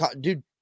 dude